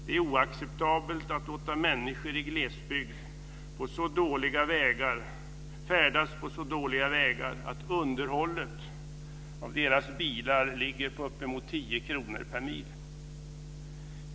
Det är oacceptabelt att låta människor i glesbygd färdas på så dåliga vägar, att underhållet av deras bilar ligger på uppemot 10 kronor per mil.